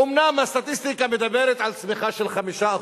אומנם הסטטיסטיקה מדברת על צמיחה של 5%,